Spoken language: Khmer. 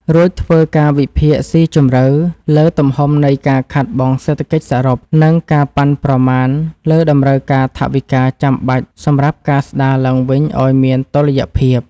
រួចធ្វើការវិភាគស៊ីជម្រៅលើទំហំនៃការខាតបង់សេដ្ឋកិច្ចសរុប និងការប៉ាន់ប្រមាណលើតម្រូវការថវិកាចាំបាច់សម្រាប់ការស្តារឡើងវិញឱ្យមានតុល្យភាព។